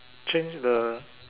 change the